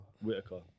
Whitaker